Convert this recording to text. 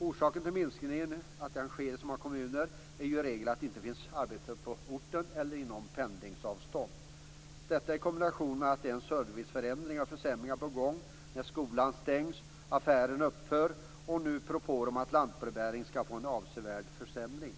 Orsaken till att det sker en minskning i så många kommuner är ju i regel att det inte finns arbete på orten eller inom pendlingsavstånd - detta i kombination med försämring av service, stängning av skolor och affärer som upphör. Nu har det också kommit propåer om att lantbrevbäringen skall få en avsevärd försämring.